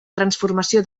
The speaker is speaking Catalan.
transformació